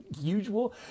usual